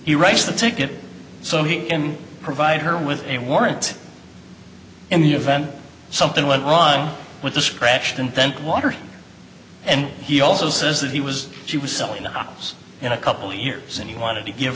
he writes the ticket so he can provide her with a warrant in the event something went wrong with the scratched and then water and he also says that he was she was selling a house in a couple years and he wanted to give